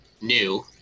new